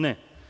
Ne.